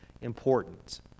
important